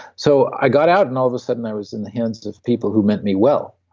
so i got out and all of a sudden i was in the hands of people who meant me well.